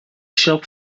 shop